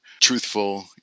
truthful